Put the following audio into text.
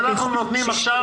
אלה שיכנסו